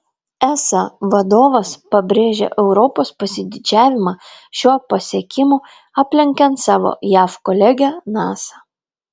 esa vadovas pabrėžė europos pasididžiavimą šiuo pasiekimu aplenkiant savo jav kolegę nasa